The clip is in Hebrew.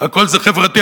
הכול זה חברתי.